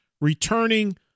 returning